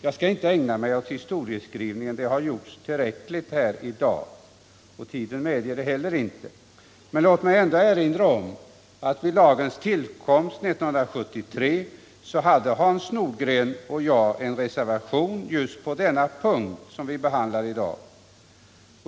Jag skall inte ägna mig åt historieskrivning, därför att det har gjorts tillräckligt här i dag och tiden medger det inte heller. Men låt mig erinra om att Hans Nordgren och jag vid lagens tillkomst 1973 hade en reservation just på den punkt som vi behandlar i dag.